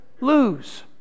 lose